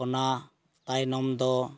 ᱚᱱᱟ ᱛᱟᱭᱱᱚᱢ ᱫᱚ